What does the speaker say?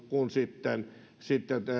kuin sitten sitten